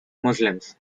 muslims